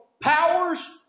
powers